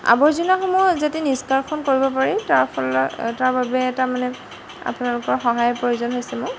আৱৰ্জনাসমূহ যাতে নিষ্কাশন কৰিব পাৰি তাৰ ফলত তাৰ বাবে এটা মানে আপোনালোকৰ সহায়ৰ প্ৰয়োজন হৈছে মোক